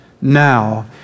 now